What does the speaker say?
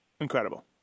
Incredible